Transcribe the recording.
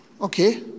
Okay